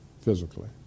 physically